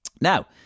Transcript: Now